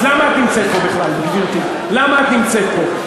אז למה את נמצאת פה בכלל, גברתי, למה את נמצאת פה?